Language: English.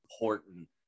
important